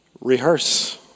Rehearse